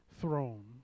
throne